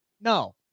No